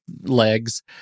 legs